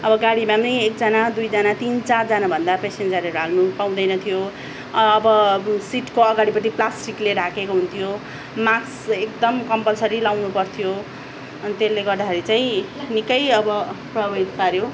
अब गाडीमा नै एकजना दुईजना तिन चारजना भन्दा पेसेन्जरहरू हाल्नु पाउँदैन थियो अब सिटको अगाडिपट्टि प्लास्टिकले ढाकेको हुन्थ्यो मास्क एकदम कम्पलसरी लाउनु पर्थ्यो अनि त्यसले गर्दाखेरि चाहिँ निकै अब प्रभावित पाऱ्यो